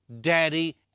daddy